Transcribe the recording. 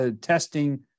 testing